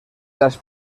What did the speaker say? las